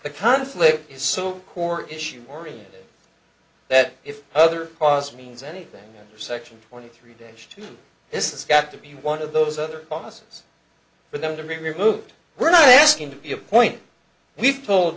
the conflict is so core issue oriented that if other cause means anything under section twenty three days to this it's got to be one of those other promises for them to be removed we're not asking to be a point we've told